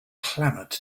clamored